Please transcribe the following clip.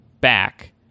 back